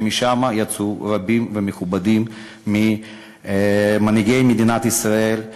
שמשם יצאו רבים ומכובדים ממנהיגי מדינת ישראל,